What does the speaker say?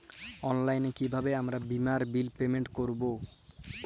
অনলাইনে কিভাবে আমার বীমার বিল পেমেন্ট করবো?